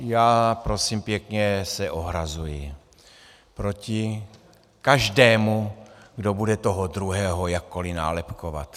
Já se prosím pěkně ohrazuji proti každému, kdo bude toho druhého jakkoliv nálepkovat.